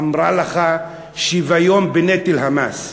אמרה לך שוויון בנטל המס.